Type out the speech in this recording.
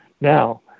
Now